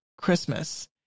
Christmas